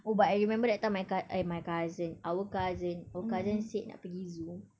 oh I remember that time my cou~ eh my cousin our cousin our cousin said nak pergi zoo